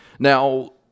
Now